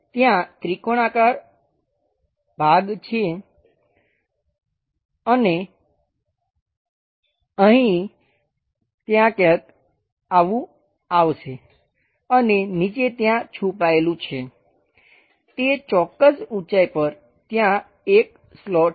ત્યાં ત્રિકોણાકાર ભાગ છે અહીં અને ત્યાં કંઈક આવું આવશે અને નીચે ત્યાં છુપાયેલું છે તે ચોક્કસ ઉંચાઈ પર ત્યાં એક સ્લોટ છે